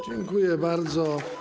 Dziękuję bardzo.